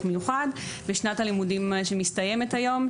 מיוחד בשנת הלימודים שמסתיימת היום,